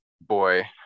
Boy